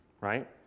Right